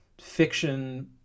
fiction